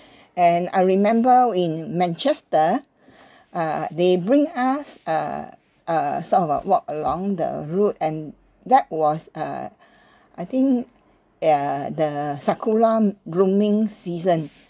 and I remember in manchester uh they bring us uh uh sort of a walk along the route and that was uh I think yeah the the sakura blooming season